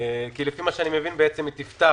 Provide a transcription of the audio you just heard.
לפי מה שאני מבין הצעת החוק הזאת תפתח